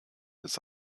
ist